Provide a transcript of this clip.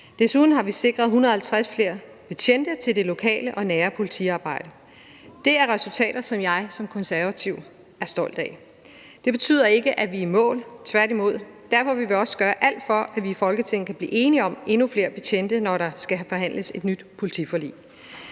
Desuden har vi sikret 150 flere betjente til det lokale og nære politiarbejde. Det er resultater, som jeg som konservativ er stolt af. Det betyder ikke, at vi er i mål, tværtimod. Derfor vil vi også gøre alt for, at vi i Folketinget kan blive enige om at få endnu flere betjente, når der skal forhandles et nyt politiforlig.